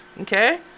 Okay